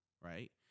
right